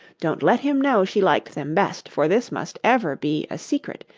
don't let him know she liked them best, for this must ever be a secret,